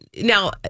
now